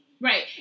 right